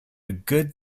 good